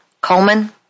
Coleman